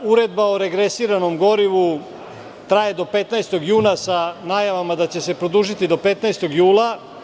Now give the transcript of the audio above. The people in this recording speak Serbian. Uredba o regresiranom gorivu traje do 15. juna, sa najavama da će se produžiti do 15. jula.